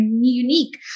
unique